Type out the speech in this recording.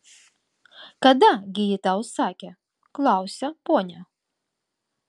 kada gi ji tau sakė klausia ponia